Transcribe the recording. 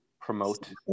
promote